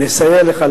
לסייע לך,